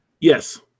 Yes